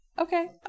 Okay